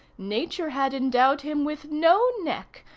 nature had endowed him with no neck,